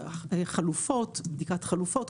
חלופות, בדיקת חלופות.